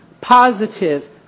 positive